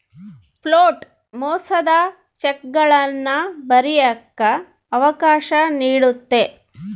float ಮೋಸದ ಚೆಕ್ಗಳನ್ನ ಬರಿಯಕ್ಕ ಅವಕಾಶ ನೀಡುತ್ತೆ